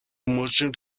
merchant